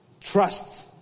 Trust